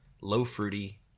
low-fruity